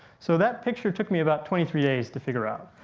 so that picture took me about twenty-three days to figure out.